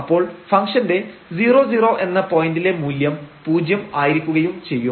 അപ്പോൾ ഫംഗ്ഷൻറെ 00 എന്ന പോയന്റിലെ മൂല്യം പൂജ്യം ആയിരിക്കുകയും ചെയ്യും